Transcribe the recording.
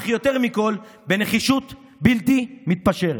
אך יותר מכול, בנחישות בלתי מתפשרת.